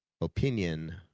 opinion